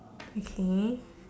okay